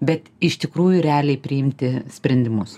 bet iš tikrųjų realiai priimti sprendimus